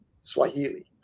Swahili